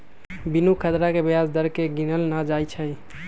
बिनु खतरा के ब्याज दर केँ गिनल न जाइ छइ